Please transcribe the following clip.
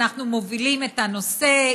אנחנו מובילים את הנושא,